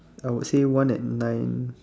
I would say one at nine